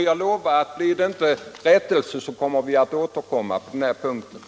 Blir det här inte någon rättelse, lovar vi Nr 48